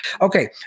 Okay